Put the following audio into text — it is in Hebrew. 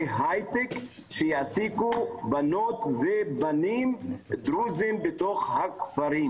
הייטק שיעסיקו בנות ובנים דרוזים בתוך הכפרים,